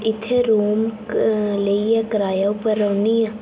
इत्थें रूम लेइयै कराए उप्पर रौह्नी आं